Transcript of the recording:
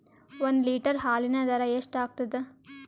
ಒಂದ್ ಲೀಟರ್ ಹಾಲಿನ ದರ ಎಷ್ಟ್ ಆಗತದ?